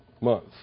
Month